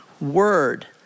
word